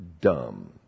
dumb